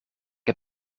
heb